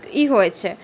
হয়েছে